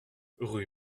rue